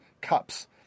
cups